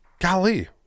golly